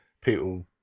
people